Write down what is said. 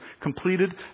completed